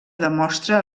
demostra